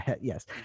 yes